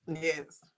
Yes